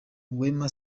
wema